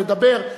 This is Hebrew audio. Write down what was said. לדבר,